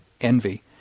envy